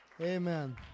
Amen